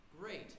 great